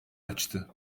açtı